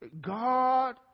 God